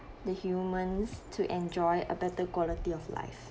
the humans to enjoy a better quality of life